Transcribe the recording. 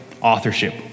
authorship